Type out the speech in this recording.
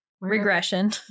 regression